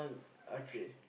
okay